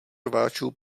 rváčů